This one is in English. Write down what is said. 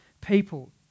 people